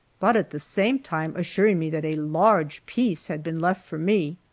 but at the same time assuring me that a large piece had been left for me.